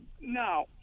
No